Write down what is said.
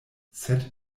sed